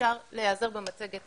אפשר להיעזר במצגת